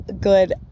good